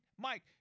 Mike